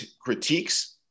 critiques